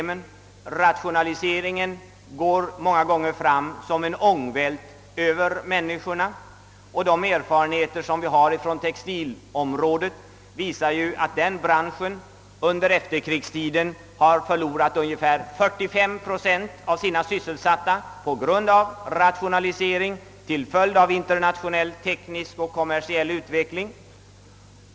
Många gånger går en rationalisering fram som en ångvält över människorna. Våra erfarenheter från textilområdet visar sålunda att den branschen under efterkrigstiden har förlorat ungefär 45 procent av sina anställda på grund av den rationalisering som varit en följd av internationell teknisk och kommersiell utveckling.